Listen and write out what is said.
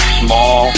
small